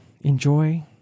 Enjoy